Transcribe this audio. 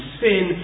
sin